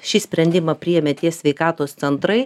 šį sprendimą priėmė tie sveikatos centrai